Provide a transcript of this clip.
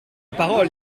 parole